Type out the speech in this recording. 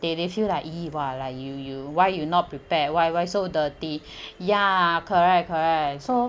they they feel like !ee! !wah! like you you why you not prepare why why so dirty ya correct correct so